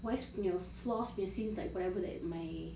where's your flaws may seems like whatever that might